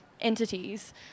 entities